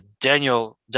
Daniel